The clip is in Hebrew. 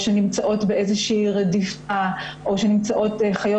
צעירות שנמצאות באיזו שהיא רדיפה או שחיות